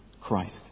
Christ